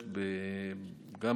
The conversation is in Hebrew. לכן,